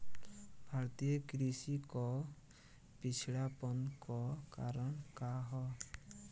भारतीय कृषि क पिछड़ापन क कारण का ह?